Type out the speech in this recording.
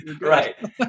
right